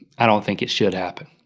i don't think it should happen.